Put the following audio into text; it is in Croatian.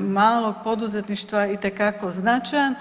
malog poduzetništva itekako značajan.